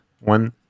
one